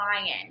lion